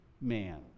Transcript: man